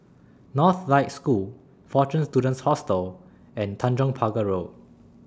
Northlight School Fortune Students Hostel and Tanjong Pagar Road